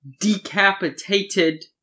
decapitated